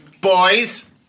Boys